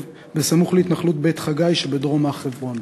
בסמוך להתנחלות בית-חגי שבדרום הר-חברון.